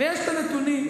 ויש את הנתונים לגבי,